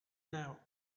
now